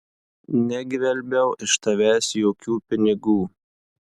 negvelbiau iš tavęs jokių pinigų